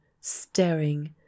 staring